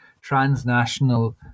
transnational